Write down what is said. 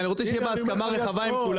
אני רוצה שזה יהיה בהסכמה רחבה עם כולם.